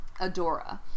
adora